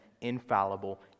infallible